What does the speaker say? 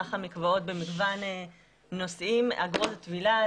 מערך המקוואות במגוון נושאים: אגרות הטבילה,